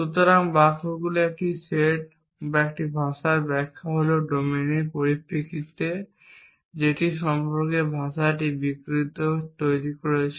সুতরাং বাক্যগুলির একটি সেট বা একটি ভাষার ব্যাখ্যা হল ডোমেনের পরিপ্রেক্ষিতে যেটি সম্পর্কে ভাষাটি বিবৃতি তৈরি করছে